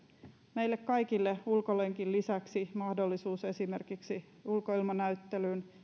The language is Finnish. meille kaikille ulkolenkin lisäksi mahdollisuus esimerkiksi ulkoilmanäyttelyyn